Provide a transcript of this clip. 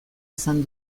izan